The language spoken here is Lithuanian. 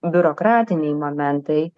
biurokratiniai momentai